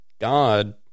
God